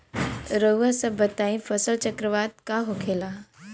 रउआ सभ बताई फसल चक्रवात का होखेला?